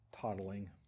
toddling